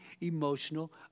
emotional